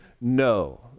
no